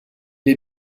est